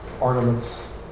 ornaments